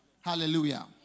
Hallelujah